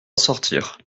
sortir